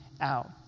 out